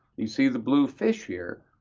you see the blue fish here,